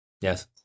Yes